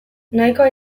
nahikoa